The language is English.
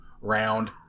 round